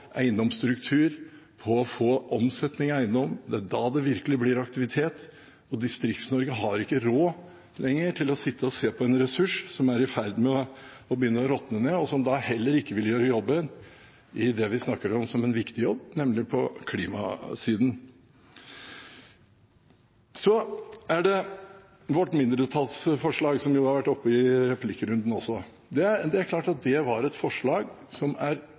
eiendomsstruktur og på å få omsetning i eiendom. Det er da det virkelig blir aktivitet. Distrikts-Norge har ikke lenger råd til å sitte og se på en ressurs som er i ferd med å råtne ned, og som da heller ikke vil gjøre det vi snakker om som en viktig jobb, nemlig på klimasiden. Til vårt mindretallsforslag, som også har vært oppe i replikkrunden: Det er klart at det var et forslag som